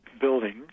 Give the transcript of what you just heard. building